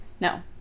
No